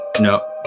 no